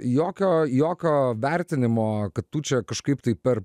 jokio jokio vertinimo kad tu čia kažkaip tai per